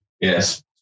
yes